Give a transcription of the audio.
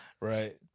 Right